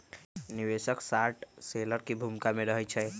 निवेशक short seller की भूमिका में रहइ छै